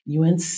UNC